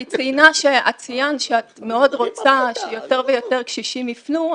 את ציינת שאת מאוד רוצה שיותר ויותר קשישים ייפנו,